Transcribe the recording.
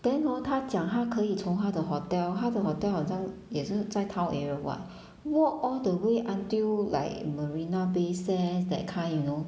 then hor 她讲她可以从她的 hotel 她的 hotel 好像也是在 town what walk all the way until like marina bay sands that kind you know